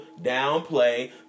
downplay